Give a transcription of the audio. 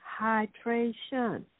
hydration